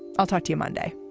i'll talk to you monday